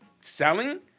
selling